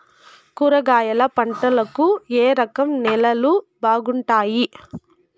కూరగాయల పంటలకు ఏ రకం నేలలు బాగుంటాయి?